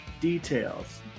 details